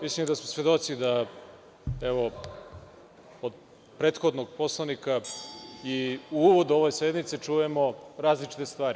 Mislim da smo svedoci, evo kod prethodnog poslanika i u uvodu ove sednice čujemo različite stvari.